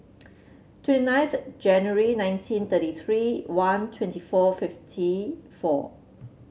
twenty ninth January nineteen thirty three one twenty four fifty four